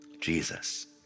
Jesus